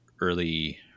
early